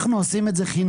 אנחנו עושים את זה חינם.